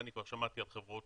ושמעתי על חברות